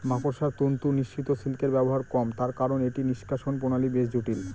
মাকড়সার তন্তু নিঃসৃত সিল্কের ব্যবহার কম তার কারন এটি নিঃষ্কাষণ প্রণালী বেশ জটিল